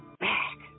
back